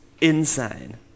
insane